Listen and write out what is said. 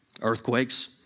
Earthquakes